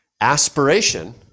Aspiration